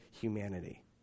humanity